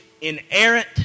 inerrant